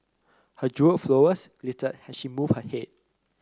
her jewelled flowers glittered as she moved her head